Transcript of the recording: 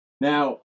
Now